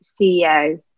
CEO